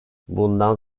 bundan